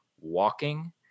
Walking